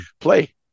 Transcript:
play